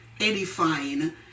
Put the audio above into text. edifying